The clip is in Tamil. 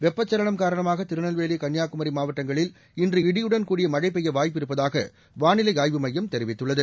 வெப்பச்சலனம் காரணமாக திருநெல்வேலி கன்னியாகுமி மாவட்டங்களில் இன்றுஇடியுடன் கூடிய மழை பெய்ய வாய்ப்பிருப்பதாக வானிலை ஆய்வுமையம் தெரிவித்துள்ளது